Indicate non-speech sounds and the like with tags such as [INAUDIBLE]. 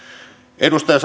edustaja [UNINTELLIGIBLE]